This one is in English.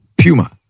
Puma